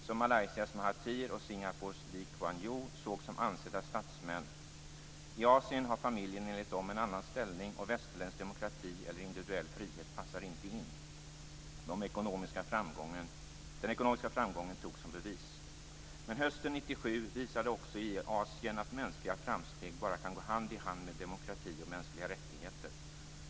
Kuan Yew sågs som ansedda statsmän. I Asien har familjen enligt dem en annan ställning, och västerländsk demokrati eller individuell frihet passar inte in. Den ekonomiska framgången togs som ett bevis. Men hösten 1997 visade också i Asien att mänskliga framsteg bara kan gå hand i hand med demokrati och mänskliga rättigheter.